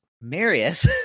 marius